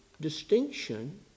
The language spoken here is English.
distinction